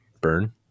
burn